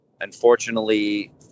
unfortunately